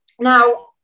Now